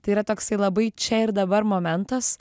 tai yra toksai labai čia ir dabar momentas